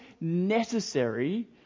necessary